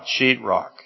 sheetrock